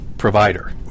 provider